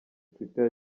twitter